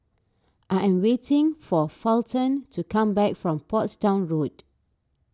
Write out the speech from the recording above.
I am waiting for Fulton to come back from Portsdown Road